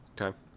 Okay